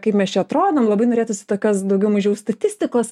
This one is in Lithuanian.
kaip mes čia atrodom labai norėtųs kas daugiau mažiau statistikos